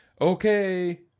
Okay